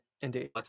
indeed